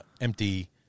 empty